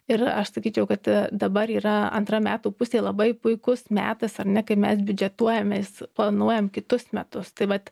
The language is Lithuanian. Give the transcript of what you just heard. ir aš sakyčiau kad dabar yra antra metų pusė labai puikus metas ar ne kai mes biudžetuojamės planuojam kitus metus taip vat